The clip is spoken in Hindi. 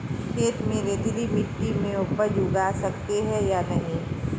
खेत में रेतीली मिटी में उपज उगा सकते हैं या नहीं?